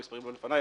המספרים לא לפניי,